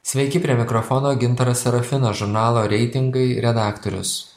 sveiki prie mikrofono gintaras serafinas žurnalo reitingai redaktorius